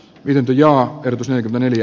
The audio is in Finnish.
viljelty jo odotusaikana neljä